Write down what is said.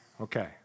Okay